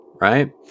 right